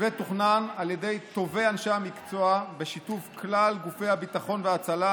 המתווה תוכנן על ידי טובי אנשי המקצוע בשיתוף כלל גופי הביטחון וההצלה,